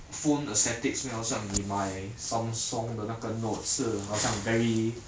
phone aesthetics meh 好像你买 Samsumg 的那个 note 是好像 very